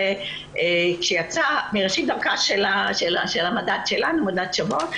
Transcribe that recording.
של המדד שלנו, מדד "שוות",